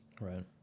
Right